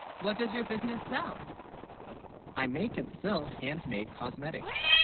what does your business sell i? make and sell handmade cosmetics